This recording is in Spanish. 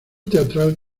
teatral